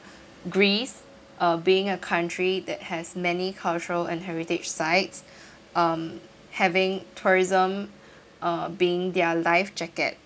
Greece uh being a country that has many cultural and heritage sites um having tourism uh being their life jacket